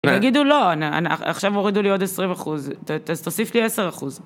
תגידו לא, עכשיו הורידו לי עוד 20%, אז תוסיף לי 10%.